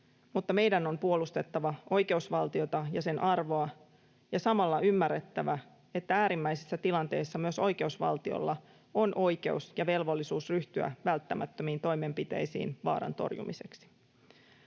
mutta meidän on puolustettava oikeusvaltiota ja sen arvoa ja samalla ymmärrettävä, että äärimmäisessä tilanteessa myös oikeusvaltiolla on oikeus ja velvollisuus ryhtyä välttämättömiin toimenpiteisiin vaaran torjumiseksi.